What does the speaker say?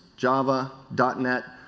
java, dot net,